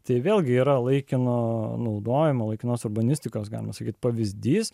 tai vėlgi yra laikino naudojimo laikinos urbanistikos galima sakyti pavyzdys